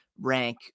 rank